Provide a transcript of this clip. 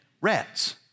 rats